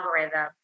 algorithm